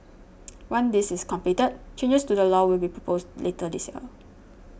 once this is completed changes to the law will be proposed later this year